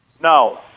No